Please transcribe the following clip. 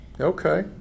Okay